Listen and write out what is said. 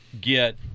get